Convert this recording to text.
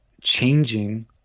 changing